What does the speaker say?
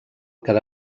quedà